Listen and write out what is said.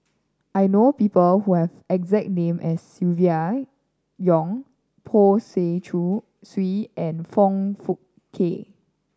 I know people who have exact name as Silvia Yong Poh Swee and Foong Fook Kay